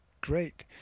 great